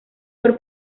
por